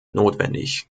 notwendig